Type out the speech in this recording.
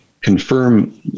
confirm